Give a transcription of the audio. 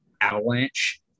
Avalanche